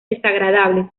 desagradables